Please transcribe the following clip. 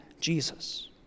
Jesus